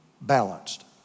balanced